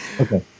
Okay